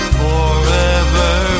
forever